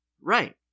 right